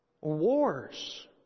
wars